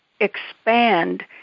expand